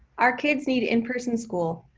our kids need in-person school.